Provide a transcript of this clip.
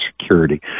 security